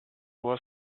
was